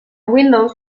windows